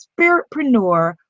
spiritpreneur